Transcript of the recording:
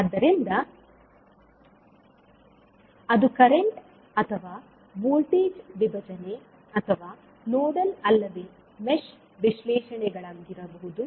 ಆದ್ದರಿಂದ ಅದು ಕರೆಂಟ್ ಅಥವಾ ವೋಲ್ಟೇಜ್ ವಿಭಜನೆ ಅಥವಾ ನೋಡಲ್ ಅಲ್ಲವೇ ಮೆಶ್ ವಿಶ್ಲೇಷಣೆಗಳಾಗಿರಬಹುದು